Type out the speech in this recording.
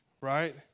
right